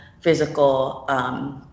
physical